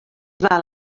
val